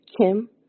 Kim